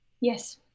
Yes